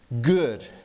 good